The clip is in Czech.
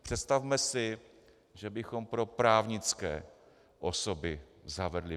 Představme si, že bychom pro právnické osoby zavedli paušály.